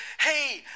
Hey